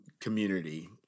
community